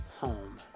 home